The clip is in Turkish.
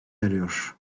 eriyor